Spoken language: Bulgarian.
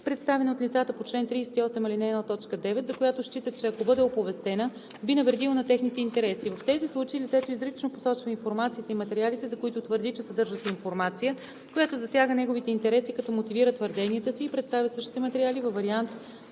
представена от лицата по чл. 38, ал. 1, т. 9, за която считат, че ако бъде оповестена, би навредила на техните интереси. В тези случаи лицето изрично посочва информацията и материалите, за които твърди, че съдържат информация, която засяга неговите интереси, като мотивира твърденията си и представя същите материали във вариант